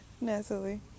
Natalie